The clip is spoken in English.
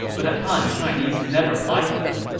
but the han chinese never liked them,